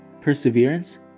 perseverance